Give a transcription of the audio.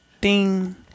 ding